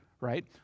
right